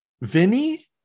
vinny